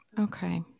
Okay